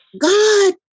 God